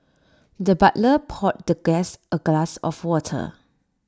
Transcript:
the butler poured the guest A glass of water